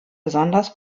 besonders